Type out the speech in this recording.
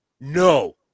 No